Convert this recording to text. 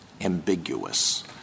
ambiguous